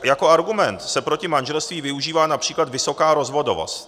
Jako argument se proti manželství využívá například vysoká rozvodovost.